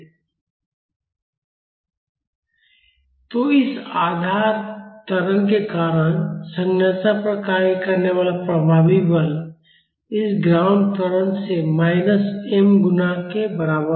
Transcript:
तो इस आधार त्वरण के कारण संरचना पर कार्य करने वाला प्रभावी बल इस ग्राउंड त्वरण से माइनस m गुणा के बराबर होगा